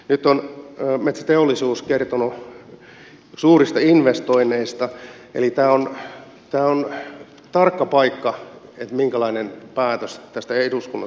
nyt on metsäteollisuus kertonut suurista investoinneista eli tämä on tarkka paikka että minkälainen päätös tästä eduskunnassa syntyy